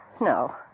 No